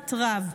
בלהט רב.